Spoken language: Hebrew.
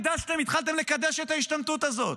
התחלתם לקדש את ההשתמטות הזאת